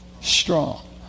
strong